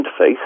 interface